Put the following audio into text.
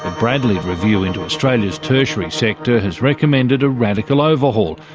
bradley review into australia's tertiary sector has recommended a radical overhaul,